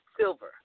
silver